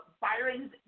Byron's